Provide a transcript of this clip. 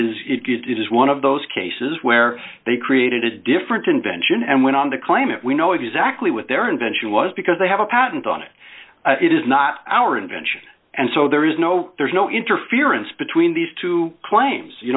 good it is one of those cases where they created a different invention and went on the climate we know exactly what their invention was because they have a patent on it it is not our invention and so there is no there's no interference between these two claims you